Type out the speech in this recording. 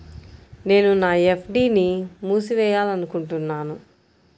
నేను నా ఎఫ్.డీ ని మూసివేయాలనుకుంటున్నాను